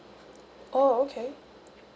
oh okay